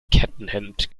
kettenhemd